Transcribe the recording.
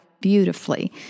Beautifully